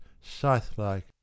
scythe-like